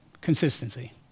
consistency